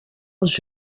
els